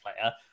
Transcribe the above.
player